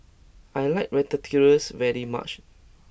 I like Ratatouille very much